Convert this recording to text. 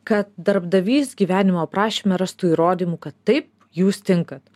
kad darbdavys gyvenimo aprašyme rastų įrodymų kad taip jūs tinkat